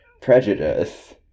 prejudice